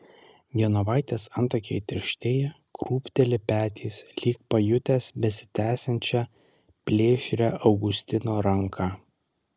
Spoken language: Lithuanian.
genovaitės antakiai tirštėja krūpteli petys lyg pajutęs besitiesiančią plėšrią augustino ranką